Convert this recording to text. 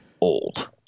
old